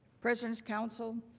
president's counsel.